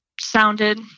sounded